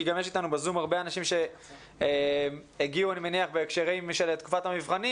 כי אני מניח שיש אתנו בזום גם הרבה אנשים שהגיעו בהקשר לתקופת המבחנים,